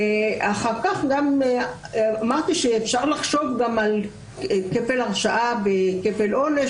ואחר כך אמרתי שאפשר לחשוב גם על כפל הרשעה וכפל עונש